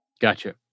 Gotcha